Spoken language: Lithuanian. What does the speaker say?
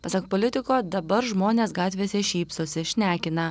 pasak politiko dabar žmonės gatvėse šypsosi šnekina